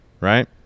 right